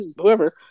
whoever